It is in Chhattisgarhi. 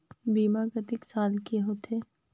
बीमा कतेक साल के होथे?